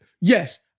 yes